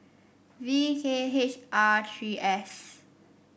V K H R three S